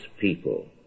people